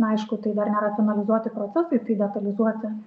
na aišku tai dar nėra finalizuoti procesai ir tai detalizuoti